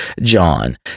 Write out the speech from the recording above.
John